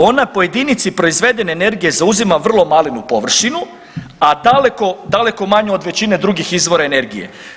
Ona po jedinici proizvedene energije zauzima vrlo malenu površinu, a daleko, daleko manju od većine drugih izvora energije.